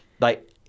Like-